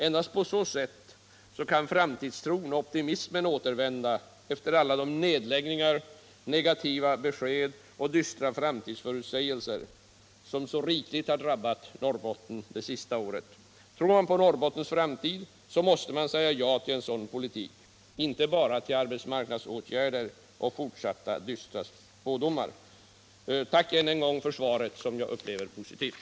Endast på så sätt kan framtidstron och optimismen återvända efter alla de nedläggningar, negativa besked och dystra framtidsutsägelser som så rikligt har drabbat Norrbotten det senaste året. Tror man på Norrbottens framtid måste man säga ja till en sådan politik; inte bara till arbetsmarknadsåtgärder och fortsatta dystra spådomar. Tack än en gång för svaret, som jag upplever som positivt!